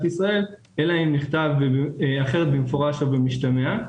ישראל אלא אם נכתב אחרת במפורש או במשתמע.